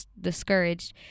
discouraged